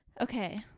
okay